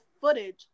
footage